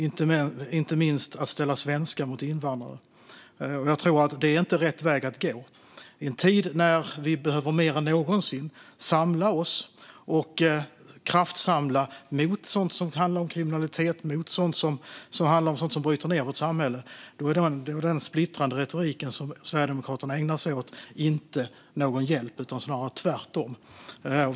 Det gäller inte minst att ställa svenskar mot invandrare. Det är inte rätt väg att gå. I en tid när vi mer än någonsin behöver samla oss och kraftsamla mot sådant som handlar om kriminalitet och sådant som bryter ned vårt samhälle är den splittrande retoriken som Sverigedemokraterna ägnar sig åt inte någon hjälp utan snarare tvärtom.